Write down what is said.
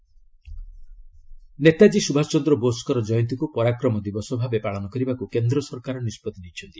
ନେତାଜୀ ନେତାଜୀ ସୁଭାଷ ଚନ୍ଦ୍ର ବୋଷଙ୍କ ଜୟନ୍ତୀକୁ 'ପରାକ୍ରମ ଦିବସ' ଭାବେ ପାଳନ କରିବାକୁ କେନ୍ଦ୍ର ସରକାର ନିଷ୍ପଭି ନେଇଛନ୍ତି